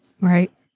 Right